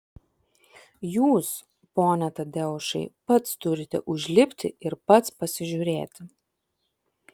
jūs pone tadeušai pats turite užlipti ir pats pasižiūrėti